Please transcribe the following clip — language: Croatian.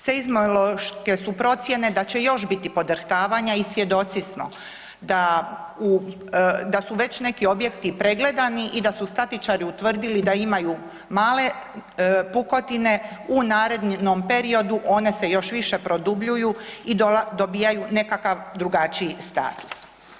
Seizmološke su procjene da će još biti podrhtavanja i svjedoci smo da u, da su već neki objekti pregledani i da su statičari utvrdili da imaju male pukotine u narednom periodu one se još više produbljuju i dobijaju nekakav drugačiji status.